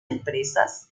empresas